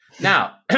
Now